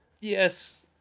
Yes